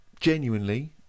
genuinely